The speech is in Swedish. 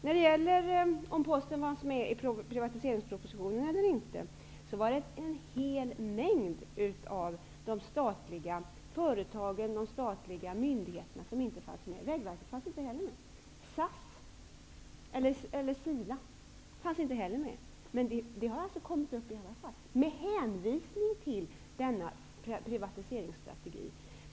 När det gäller om Posten fanns med i privatiseringspropositionen eller inte vill jag säga att en hel mängd statliga företag och myndigheter inte fanns med där. Vägverket fanns inte med. SAS -- eller SILA -- fanns inte heller med men har kommit upp i alla fall, med hänvisning till privatiseringsstrategin.